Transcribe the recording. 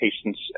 patients